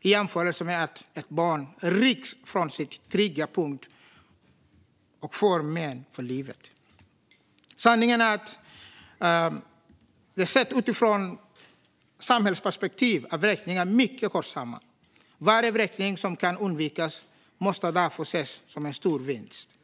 i jämförelse med att ett barn rycks från sin trygga punkt och får men för livet. Sanningen är att utifrån ett samhällsperspektiv är vräkningar mycket kostsamma. Varje vräkning som kan undvikas måste därför ses som en stor vinst.